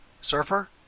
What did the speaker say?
Surfer